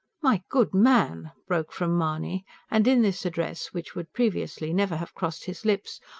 my good man! broke from mahony and in this address, which would previously never have crossed his lips,